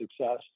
success